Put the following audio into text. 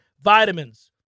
Vitamins